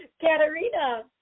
Katerina